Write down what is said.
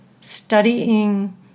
studying